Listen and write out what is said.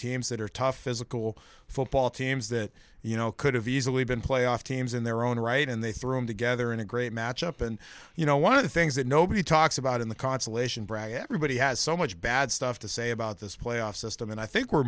teams that are tough physical football teams that you know could have easily been playoff teams in their own right and they threw together in a great match up and you know one of the things that nobody talks about in the consolation brag everybody has so much bad stuff to say about this playoff system and i think we're